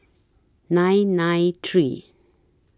nine nine three